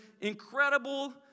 incredible